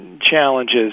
challenges